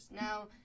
Now